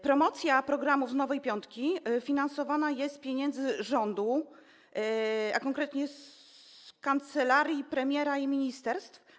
Promocja programu „Nowa piątka” finansowana jest z pieniędzy rządu, a konkretnie kancelarii premiera i ministerstw.